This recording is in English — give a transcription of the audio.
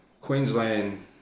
Queensland